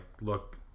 look